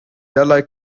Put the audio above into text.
derlei